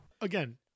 again